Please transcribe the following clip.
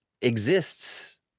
exists